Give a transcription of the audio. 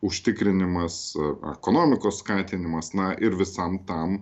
užtikrinimas ekonomikos skatinimas na ir visam tam